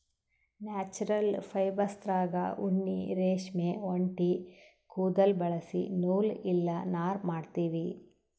natural ಫೈಬರ್ಸ್ದಾಗ್ ಉಣ್ಣಿ ರೇಷ್ಮಿ ಒಂಟಿ ಕುದುಲ್ ಬಳಸಿ ನೂಲ್ ಇಲ್ಲ ನಾರ್ ಮಾಡ್ತೀವಿ